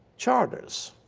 charters.